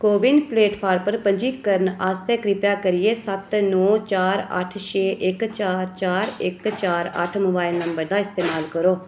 को win platform पर पंजीकरण आस्तै किरपा करियै सत्त नो चार अट्ठ छे इक चार चार इक चार अट्ठ मोबाइल नंबर दा इस्तेमाल करो